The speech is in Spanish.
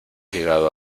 llegado